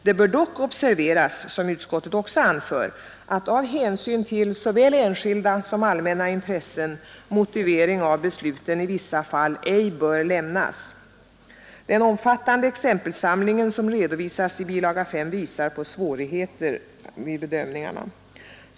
Det bör dock observeras — som utskottet också anför — att av hänsyn till såväl enskilda som allmänna intressen motivering av besluten i vissa fall ej bör lämnas. Den omfattande exempelsamlingen som redovisas i bilaga 5 visar på svårigheter med bedömningarna.